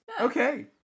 Okay